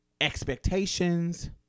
expectations